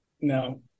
No